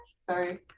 Sorry